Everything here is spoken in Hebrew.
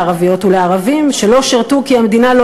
לערביות ולערבים שלא שירתו כי המדינה לא